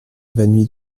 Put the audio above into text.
évanoui